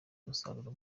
umusaruro